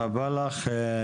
תודה רבה לך.